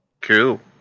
Cool